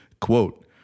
Quote